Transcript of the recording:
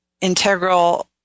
integral